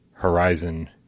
horizon